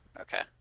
Okay